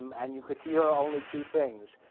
and you could hear only two things,